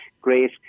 great